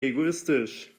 egoistisch